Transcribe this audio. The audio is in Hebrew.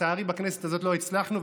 לצערי בכנסת הזאת לא הצלחנו,